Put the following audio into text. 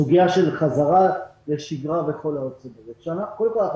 סוגיית החזרה לשגרה קודם כול,